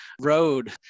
road